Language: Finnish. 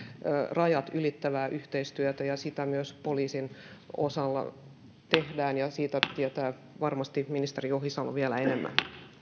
rajat ylittävää yhteistyötä ja sitä myös poliisin osalta tehdään siitä tietää varmasti ministeri ohisalo vielä enemmän